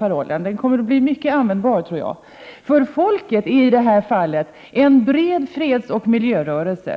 Jag tror att den kommer att bli mycket användbar. Folket utgörs nämligen i det här fallet av en bred fredsoch miljörörelse